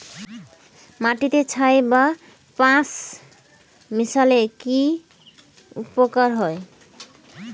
মাটিতে ছাই বা পাঁশ মিশালে কি উপকার হয়?